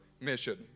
mission